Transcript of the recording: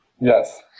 Yes